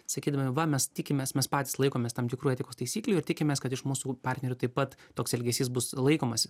sakydami va mes tikimės mes patys laikomės tam tikrų etikos taisyklių ir tikimės kad iš mūsų partnerių taip pat toks elgesys bus laikomas